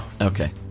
okay